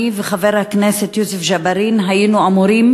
אני וחבר הכנסת יוסף ג'בארין היינו אמורים